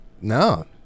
No